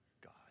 God